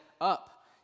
Up